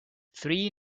three